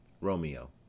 Romeo